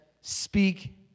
speak